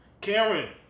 Karen